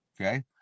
okay